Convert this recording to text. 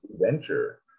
venture